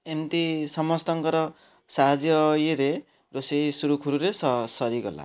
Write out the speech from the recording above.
ଏମତି ସମସ୍ତଙ୍କର ସାହାଯ୍ୟ ଇଏରେ ରୋଷେଇ ସୁରୁଖୁରୁରେ ସରିଗଲା